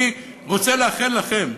אני רוצה לאחל לכם,